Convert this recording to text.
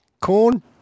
Corn